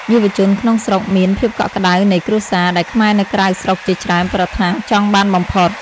យុវជនក្នុងស្រុកមាន "ភាពកក់ក្តៅនៃគ្រួសារ" ដែលខ្មែរនៅក្រៅស្រុកជាច្រើនប្រាថ្នាចង់បានបំផុត។